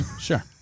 Sure